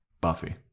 Buffy